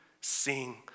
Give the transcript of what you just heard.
sing